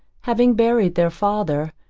having buried their father,